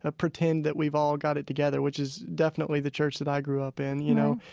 ah pretend that we've all got it together, which is definitely the church that i grew up in, you know?